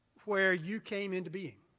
where you came into being.